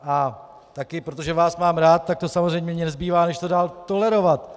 A taky protože vás mám rád, tak mi samozřejmě nezbývá než to dál tolerovat.